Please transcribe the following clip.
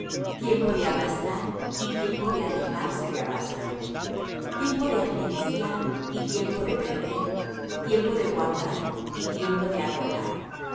tiempo de abrazar y tiempo de alejarse de abrazar tiempo de agenciar y tiempo de perder tiempo de guardar y tiempo de arrojar